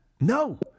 No